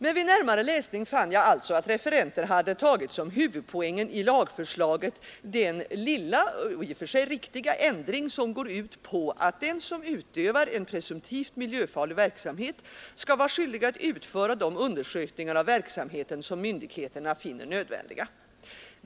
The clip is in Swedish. Men vid närmare läsning fann jag alltså att referenten hade tagit som huvudpoängen i lagförslaget den lilla — och i och för sig riktiga — ändring som går ut på att den som utövar en presumtivt miljöfarlig verksamhet skall vara skyldig utföra de undersökningar av verksamheten som myndigheterna finner nödvändiga.